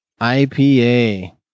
IPA